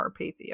Carpathia